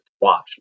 watch